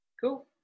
Cool